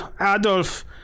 Adolf